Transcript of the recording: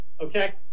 okay